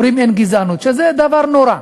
אומרים: אין גזענות, וזה דבר נורא.